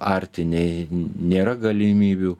arti nei nėra galimybių